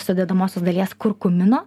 sudedamosios dalies kurkumino